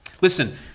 Listen